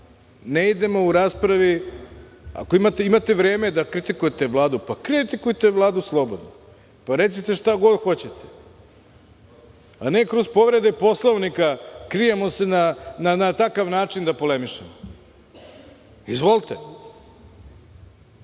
ne idemo u raspravi. Ako imate vreme da kritikujete Vladu, kritikujte Vladu slobodno, recite šta god hoćete, a ne kroz povrede Poslovnika krijemo se da na takav način polemišemo. Izvolite. Zato,